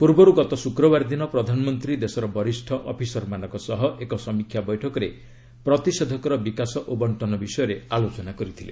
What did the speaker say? ପୂର୍ବରୁ ଗତ ଶୁକ୍ରବାର ଦିନ ପ୍ରଧାନମନ୍ତ୍ରୀ ଦେଶର ବରିଷ୍ଣ ଅଫିସରମାନଙ୍କ ସହ ଏକ ସମୀକ୍ଷା ବୈଠକରେ ପ୍ରତିଷେଧକର ବିକାଶ ଓ ବଣ୍ଟନ ବିଷୟରେ ଆଲୋଚନା କରିଥିଲେ